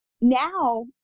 Now